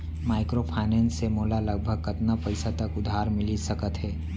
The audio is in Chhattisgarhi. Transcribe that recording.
माइक्रोफाइनेंस से मोला लगभग कतना पइसा तक उधार मिलिस सकत हे?